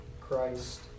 Christ